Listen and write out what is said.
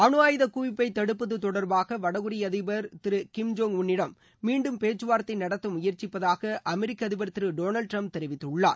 அணுஆயுத குவிப்பை தடுப்பது தொடர்பாக வடகொரிய அதிபர் திரு கிம் ஜோங் உன்னிடம் மீண்டும் பேச்சுவார்த்தை நடத்த முயற்சிப்பதாக அமெரிக்க அதிபர் திரு டொனால்டு டிரம்ப் தெரிவித்துள்ளார்